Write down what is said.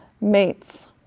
mates